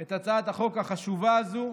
את הצעת החוק החשובה הזו.